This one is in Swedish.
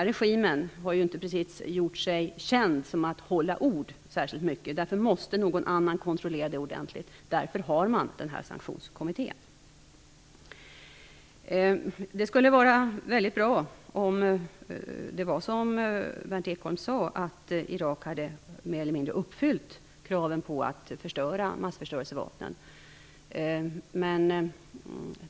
Regimen har ju inte precis gjort sig känd för att hålla ord. Därför måste någon annan kontrollera detta ordentligt, och därför finns det en Sanktionskommitté. Det vore mycket bra om det var som Berndt Ekholm sade, att Irak mer eller mindre har uppfyllt kraven på att förstöra massförstörelsevapnen.